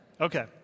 Okay